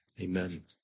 Amen